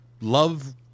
love